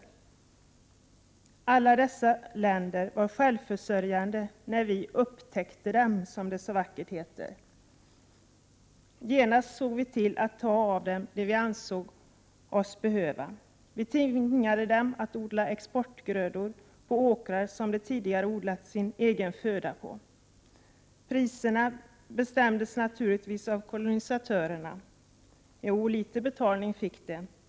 Alla dessa länder var självförsörjande när vi upptäckte dem, som det så vackert heter. Genast såg vi till att ta av dem det vi ansåg oss behöva. Vi tvingade dem att odla exportgrödor på åkrar där de tidigare odlat sin egen föda. Priserna bestämdes naturligtvis av kolonisatörerna. Jo, litet betalning fick de — så pass att vi Prot.